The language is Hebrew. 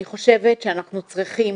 אני חושבת שאנחנו צריכים